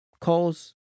calls